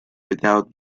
without